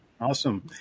Awesome